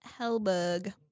Helberg